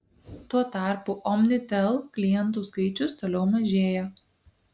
tuo tarpu omnitel klientų skaičius toliau mažėja